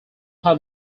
had